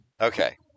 Okay